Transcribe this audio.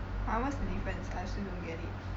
!huh! what's the difference I still don't get it